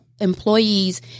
employees